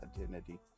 Identity